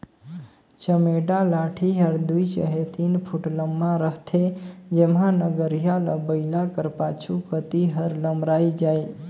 चमेटा लाठी हर दुई चहे तीन फुट लम्मा रहथे जेम्हा नगरिहा ल बइला कर पाछू कती हर लमराए जाए